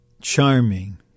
charming